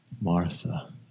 Martha